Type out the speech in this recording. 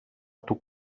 του